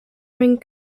ring